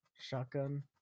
shotgun